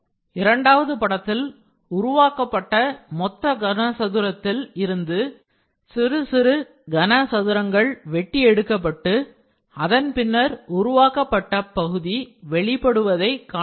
இரண்டாவது படத்தில் உருவாக்கப்பட்ட மொத்த கன சதுரத்தில் இருந்து சிறு சிறு கனசதுரங்கள் வெட்டி எடுக்கப்பட்டு அதன் பின்னர் உருவாக்கப்பட்ட பகுதி வெளிப்படுவதை காணலாம்